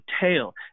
tail